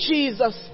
Jesus